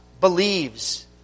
believes